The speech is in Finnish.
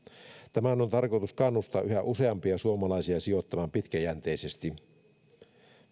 tämän on tarkoitus kannustaa yhä useampia suomalaisia sijoittamaan pitkäjänteisesti